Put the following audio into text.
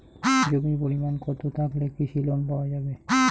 জমির পরিমাণ কতো থাকলে কৃষি লোন পাওয়া যাবে?